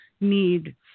need